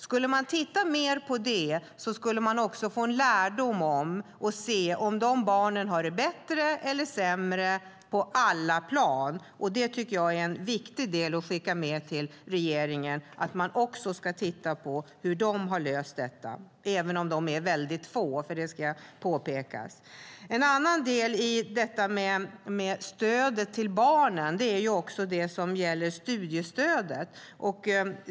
Skulle man titta mer på det skulle man också få en lärdom om de barnen har de bättre eller sämre på alla plan. Det är en viktig del att skicka med till regeringen att man också ska titta på hur de har löst detta, även om de är väldigt få. Det ska påpekas. En annan del i stödet till barnen är det som gäller studiestödet.